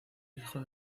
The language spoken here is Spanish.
hijo